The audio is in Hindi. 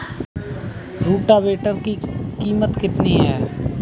रोटावेटर की कीमत कितनी है?